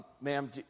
ma'am